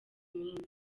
minsi